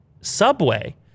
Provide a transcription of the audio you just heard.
Subway